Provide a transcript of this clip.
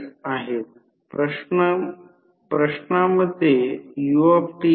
तर त्या मुळे हे V1 E1 ठीक आहे परंतु हे I0 प्रत्यक्षात V1 पासून अँगल ∅0 ने मागे आहे